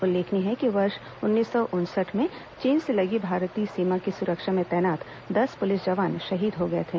उल्लेखनीय है कि वर्ष उन्नीस सौ उनसठ में चीन से लगने वाली भारतीय सीमा की सुरक्षा में तैनात दस पुलिस जवान शहीद हो गए थे